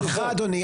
סליחה אדוני,